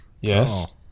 Yes